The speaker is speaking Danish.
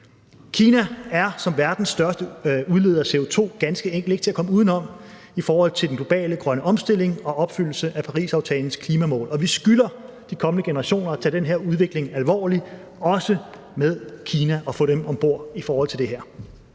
Kina er som verdens største udleder af CO2 ganske enkelt ikke til at komme udenom i forhold til den globale grønne omstilling og opfyldelsen af Parisaftalens klimamål. Vi skylder de kommende generationer at tage den her udvikling alvorligt, også med Kina, og få dem om bord i forhold til det her.